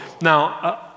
now